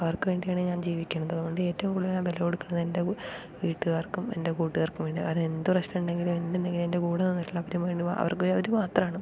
അവർക്ക് വേണ്ടിയാണു ഞാൻ ജീവിക്കുന്നത് അതുകൊണ്ട് ഏറ്റവും കൂടുതൽ ഞാൻ വില കൊടുക്കുന്നത് എൻ്റെ വീട്ടുകാർക്കും എൻ്റെ കൂട്ടുകാർക്കും വേണ്ടിയാണ് കാരണം എന്ത് പ്രശ്നമുണ്ടെങ്കിലും എന്തുണ്ടെങ്കിലും എൻ്റെ കൂടെ നിന്നിട്ടുള്ളത് അവര് വേണ്ടി മാത്രാ അവര് മാത്രാണ്